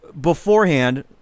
beforehand